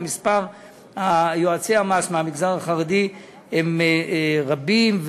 ויועצי המס מהמגזר החרדי הם רבים,